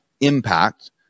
impact